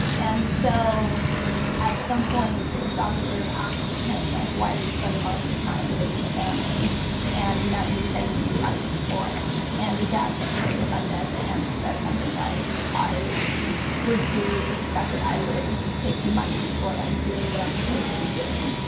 and so at some point job that sort of asks him like why are you spending all this time away from the family and you're not even getting any money for it. and the dad gets really offended and said something like i would to expect that i would take money for like doing what i'm supposed to be doing.